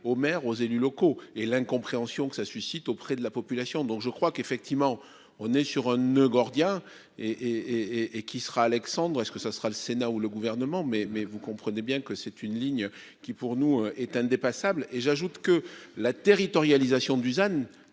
aux maires, aux élus locaux et l'incompréhension que ça suscite auprès de la population. Donc je crois qu'effectivement on est sur un noeud gordien et et et et qui sera Alexandre est-ce que ça sera le Sénat où le gouvernement mais mais vous comprenez bien que c'est une ligne qui pour nous est indépassable. Et j'ajoute que la territorialisation Dusan